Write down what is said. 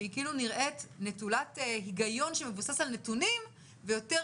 שהיא כאילו נראית נטולת היגיון שמבוסס על נתונים ויותר